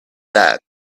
that